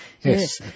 Yes